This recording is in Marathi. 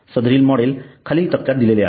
सदरील मॉडेल खालील तक्त्यात दिलेले आहे